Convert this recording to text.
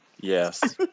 Yes